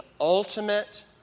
ultimate